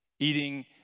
Eating